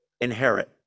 Inherit